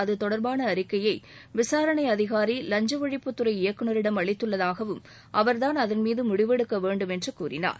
அதுதொடா்பான அறிக்கையை விசாரணை அதிகாரி லஞ்ச ஒழிப்புத்துறை இயக்குநரிடம் அளித்துள்ளதாகவும் அவாதான் அதன் மீது முடிவு எடுக்க வேண்டும் என்று கூறினார்